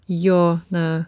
jo na